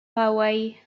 hawaii